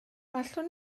allwn